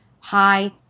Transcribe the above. hi